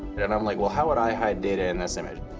and i'm like, well, how would i hide data in this image?